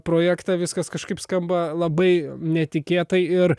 projektą viskas kažkaip skamba labai netikėtai ir